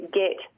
get